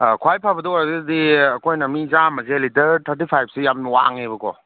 ꯑꯥ ꯈ꯭ꯋꯥꯏ ꯐꯕꯗ ꯑꯣꯏꯔꯒꯗꯤ ꯑꯩꯈꯣꯏꯅ ꯃꯤ ꯆꯥꯝꯃꯁꯦ ꯂꯤꯇꯔ ꯊꯥꯔꯇꯤ ꯐꯥꯏꯚꯁꯤ ꯌꯥꯝꯅ ꯋꯥꯡꯉꯦꯕꯀꯣ